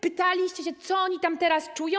Pytaliście się, co oni tam teraz czują?